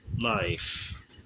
life